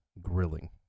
grilling